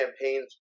campaigns